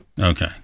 Okay